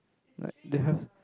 like they have